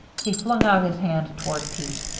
he flung out his hand toward pete.